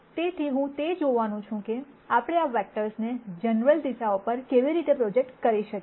તેથી હું તે જોવાનું છું કે આપણે આ વેક્ટર્સને જનરલ દિશાઓ પર કેવી રીતે પ્રોજેક્ટ કરી શકીએ